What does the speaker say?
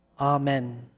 Amen